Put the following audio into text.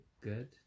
good